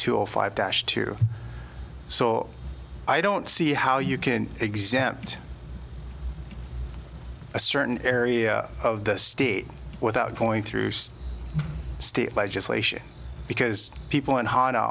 two or five dash two so i don't see how you can exempt a certain area of the state without going through state legislation because people